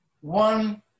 One